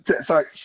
Sorry